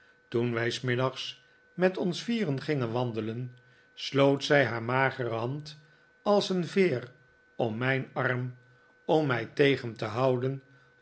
toen wij s middags met ons vieren gingen wandelen sloot zij haar magere hand als een veer om mijn arm om mij tegen te houden